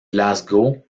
glasgow